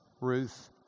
Ruth